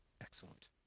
Excellent